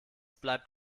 bleibt